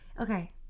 okay